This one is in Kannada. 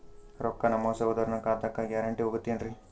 ರೊಕ್ಕ ನಮ್ಮಸಹೋದರನ ಖಾತಕ್ಕ ಗ್ಯಾರಂಟಿ ಹೊಗುತೇನ್ರಿ?